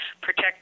protect